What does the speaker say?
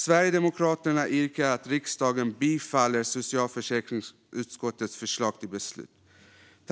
Sverigedemokraterna yrkar bifall till socialförsäkringsutskottets förslag till beslut.